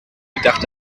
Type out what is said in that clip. gedacht